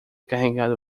carregado